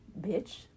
Bitch